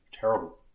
Terrible